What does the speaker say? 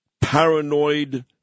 paranoid